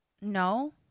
no